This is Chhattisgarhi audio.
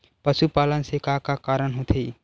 पशुपालन से का का कारण होथे?